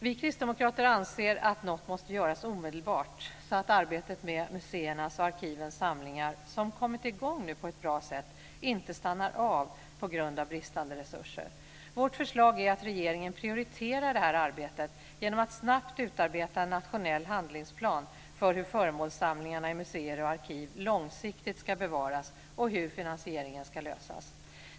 Vi kristdemokrater anser att något måste göras omedelbart, så att arbetet med museernas och arkivens samlingar som nu kommit i gång på ett bra sätt inte stannar av på grund av bristande resurser. Vårt förslag är att regeringen prioriterar detta arbete genom att snabbt utarbeta en nationell handlingsplan för hur föremålssamlingarna i museer och arkiv långsiktigt ska bevaras och hur finansieringen ska lösas.